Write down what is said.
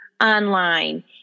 online